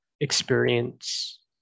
experience